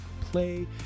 Play